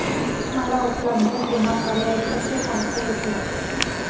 मला उपलब्ध विमा पर्याय कसे पाहता येतील?